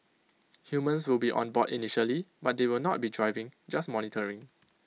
humans will be on board initially but they will not be driving just monitoring